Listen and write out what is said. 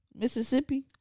Mississippi